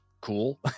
cool